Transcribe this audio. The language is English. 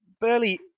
Burley